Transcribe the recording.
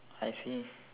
I see